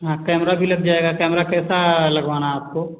हाँ कैमरा भी लग जाएगा कैमरा कैसा लगवाना आपको